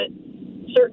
certain